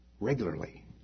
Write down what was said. regularly